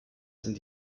sind